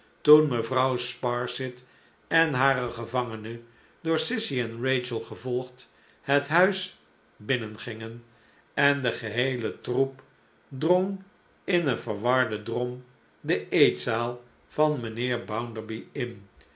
toen mevrouw sparsit en hare gevangene door sissy en rachel gevolgd het huis binnengingen en de geheele troep drong in een verwarden drom de eetzaal van mijnheer bounderby in